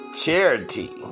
charity